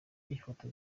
ifoto